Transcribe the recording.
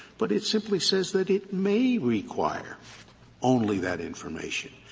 but it simply says that it may require only that information.